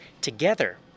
Together